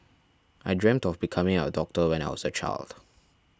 I dreamt of becoming a doctor when I was a child